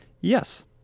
Yes